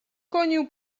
koniu